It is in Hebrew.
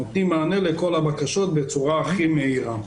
נותנים מענה לכל הקשות בצורה הכי מהירה,